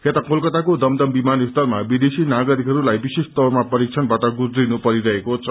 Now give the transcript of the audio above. यता कलकताको दमदम विमानस्थलमा विदेशी नागरिकहरूलाई विशेष तौरमा परीक्षणबाट गुजिनु परिरहेको छ